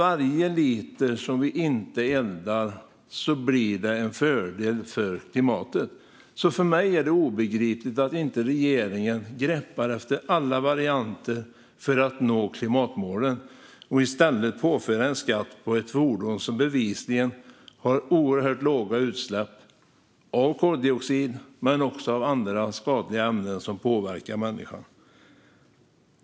Varje liter som inte eldas innebär en fördel för klimatet. För mig är det därför obegripligt att regeringen inte greppar efter alla varianter för att nå klimatmålen utan i stället påför en skatt på ett fordon som bevisligen har oerhört låga utsläpp av koldioxid men också av andra skadliga ämnen som påverkar människan.